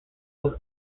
was